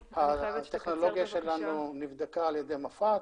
הטכנולוגיה שלנו נבדקה על ידי מפא"ת,